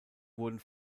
wurden